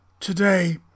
today